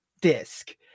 disc